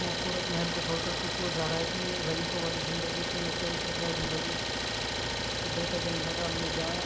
خوبصورت محل کو چھوڑ کر تو کیوں جا رہا ہے اتنی رئیسوں والی زندگی اتنی عیش و عشرت والی زندگی کہ بیٹا کہنے لگا امی جان